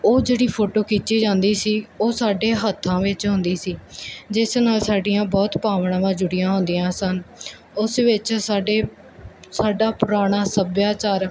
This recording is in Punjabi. ਉਹ ਜਿਹੜੀ ਫੋਟੋ ਖਿੱਚੀ ਜਾਂਦੀ ਸੀ ਉਹ ਸਾਡੇ ਹੱਥਾਂ ਵਿੱਚ ਆਉਂਦੀ ਸੀ ਜਿਸ ਨਾਲ ਸਾਡੀਆਂ ਬਹੁਤ ਭਾਵਨਾਵਾਂ ਜੁੜੀਆਂ ਹੁੰਦੀਆਂ ਸਨ ਉਸ ਵਿੱਚ ਸਾਡੇ ਸਾਡਾ ਪੁਰਾਣਾ ਸੱਭਿਆਚਾਰ